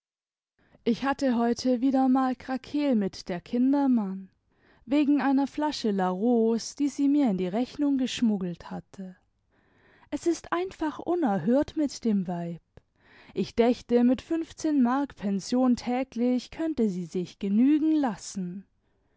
ich hatte heute wieder mal krakehl mit der kindermann wegen einer flasche larose die sie mir in die rechnung geschmuggelt hatte es ist einfach unerhört mit dem weib ich dächte mit fünfzehn mark pension täglich könnte sie sich genügen lassen